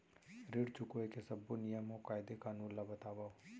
ऋण चुकाए के सब्बो नियम अऊ कायदे कानून ला बतावव